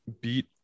beat